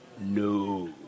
No